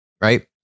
right